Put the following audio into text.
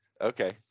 okay